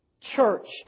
Church